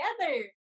together